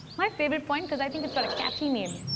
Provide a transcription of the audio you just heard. my favorite point because i think it's got a catchy name.